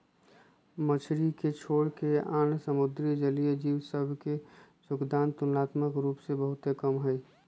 मछरी के छोरके आन समुद्री जलीय जीव सभ के जोगदान तुलनात्मक रूप से बहुते कम हइ